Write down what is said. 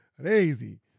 crazy